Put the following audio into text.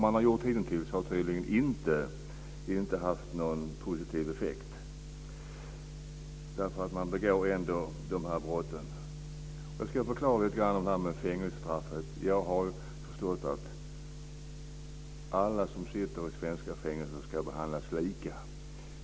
Det som gjorts hittills har tydligen inte haft någon positiv effekt, eftersom man ändå begår de här brotten. Jag ska förklara lite grann om det här med fängelsestraffet. Jag har förstått att alla som sitter i svenska fängelser ska behandlas lika.